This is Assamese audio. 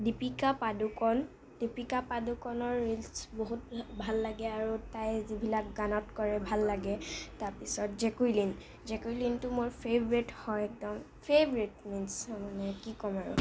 দীপিকা পাদুকন দীপিকা পাদুকনৰ ৰিলচ বহুত ভাল লাগে আৰু তাই যিবিলাক গানত কৰে ভাল লাগে তাৰপিছত জেকুইলিন জেকুইলিনটো মোৰ ফেভৰেট হয় একদম ফেভৰেট মিনচ্ মানে কি ক'ম আৰু